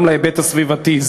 גם להיבט הסביבתי.